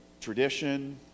tradition